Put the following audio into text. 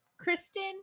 Kristen